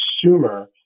consumer